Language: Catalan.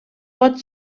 pot